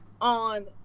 on